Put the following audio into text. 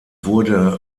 wurde